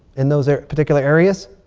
in those particular areas.